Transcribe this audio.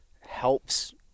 helps